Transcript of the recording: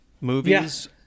movies